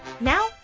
Now